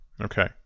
Okay